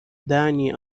دعني